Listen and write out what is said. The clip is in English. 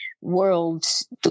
world's